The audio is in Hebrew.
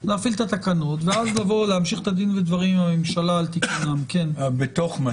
לפי הנתונים שלהם מדווחים על כ-60 אחוזים